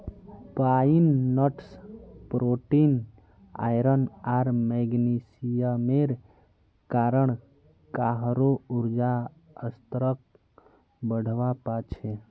pine nuts protein, iron आर मैग्नीशियमेर कारण काहरो ऊर्जा स्तरक बढ़वा पा छे